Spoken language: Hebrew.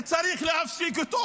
צריך להפסיק.